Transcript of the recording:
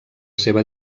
seva